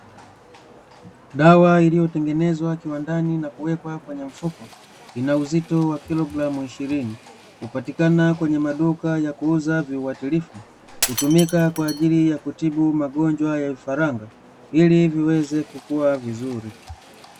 Dawa iliyotengezwa kiwandani na kuwekwa kwenye mfuko, ina uzito wa kilogramu ishirini, hupatiakana kwenye maduka ya kuuza viwatilifu, hutumika kwa ajili ya kutibu magonjwa ya vifaranga, ili viweze kukua vizuri.